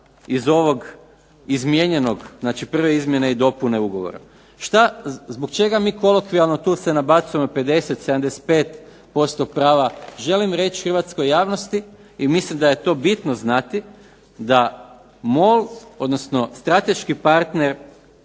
iz ovog izmijenjenog, znači prve izmjene i dopune ugovora. šta, zbog čega mi kolokvijalno tu se nabacujemo 50, 75% prava. Želim reći hrvatskoj javnosti, i mislim da je to bitno znati da MOL, odnosno strateški partner